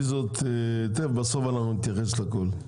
בסוף אנחנו נתייחס להכל.